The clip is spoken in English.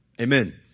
Amen